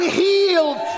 healed